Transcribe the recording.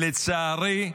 לצערי,